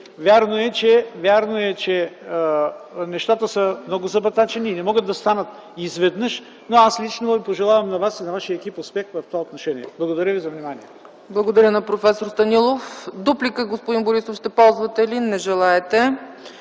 Вярно е, че нещата са много забатачени и не могат да станат изведнъж, но аз лично пожелавам на Вас и на Вашия екип успех в това отношение. Благодаря Ви за вниманието.